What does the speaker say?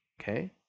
okay